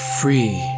free